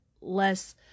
less